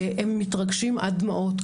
הם מתרגשים עד דמעות.